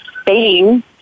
Spain